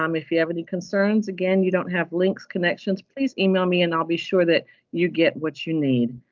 um if you have any concerns again, you don't have links, connections, please email me and i'll be sure that you get what you need.